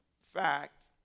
fact